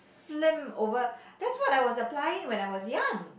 film over that's what I was applying when I was young